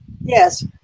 Yes